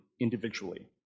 individually